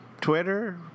Twitter